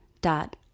dot